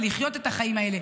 ולחיות את החיים האלה.